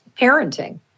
parenting